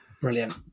Brilliant